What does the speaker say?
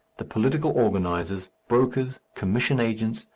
the political organizers, brokers, commission agents,